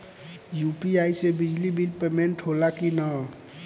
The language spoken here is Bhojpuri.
यू.पी.आई से बिजली बिल पमेन्ट होला कि न?